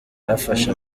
bafashe